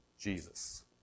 Jesus